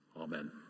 Amen